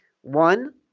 One